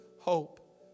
hope